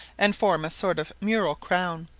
and form a sort of mural crown,